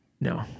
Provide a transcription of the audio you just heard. No